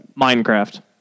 Minecraft